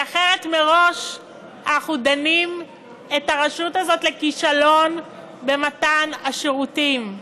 כי אחרת מראש אנחנו דנים את הרשות הזאת לכישלון במתן השירותים.